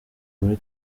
muri